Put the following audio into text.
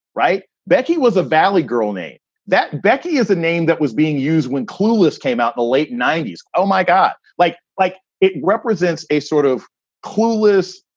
right. becky was a valley girl named that. becky is a name that was being used when clueless came out. the late ninety s. oh, my god. like like it represents a sort of clueless,